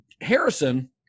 Harrison